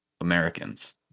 americans